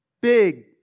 big